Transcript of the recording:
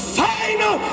final